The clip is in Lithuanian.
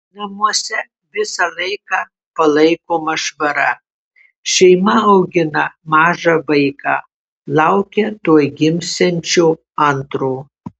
namuose visą laiką palaikoma švara šeima augina mažą vaiką laukia tuoj gimsiančio antro